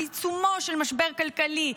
בעיצומו של משבר כלכלי,